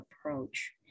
approach